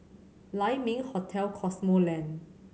Lai Ming Hotel Cosmoland